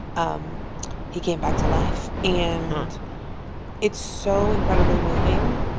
um he came back to life. and it's so incredibly moving.